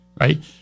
right